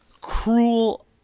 cruel